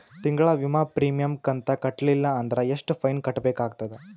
ತಿಂಗಳ ವಿಮಾ ಪ್ರೀಮಿಯಂ ಕಂತ ಕಟ್ಟಲಿಲ್ಲ ಅಂದ್ರ ಎಷ್ಟ ಫೈನ ಕಟ್ಟಬೇಕಾಗತದ?